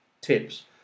tips